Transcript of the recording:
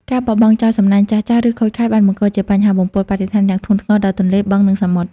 ការបោះបង់ចោលសំណាញ់ចាស់ៗ ឬខូចខាតបានបង្កជាបញ្ហាបំពុលបរិស្ថានយ៉ាងធ្ងន់ធ្ងរដល់ទន្លេ បឹង និងសមុទ្រ។